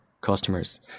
customers